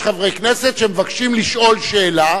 יש חברי כנסת שמבקשים לשאול שאלה